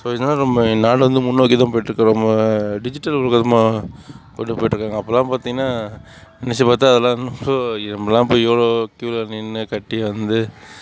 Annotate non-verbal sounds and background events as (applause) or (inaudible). so இதனால் நம்ம நாடு வந்து முன்னோக்கி தான் போயிட்டுருக்கு நம்ம டிஜிட்டல் உலகமாக போயிட்டுருக்காங்க அப்போலாம் பார்த்திங்கன்னா நினச்சி பார்த்தா அதெல்லாம் (unintelligible) நம்மளாம் போய் இவ்வளோ க்யூவில் நின்று கட்டி வந்து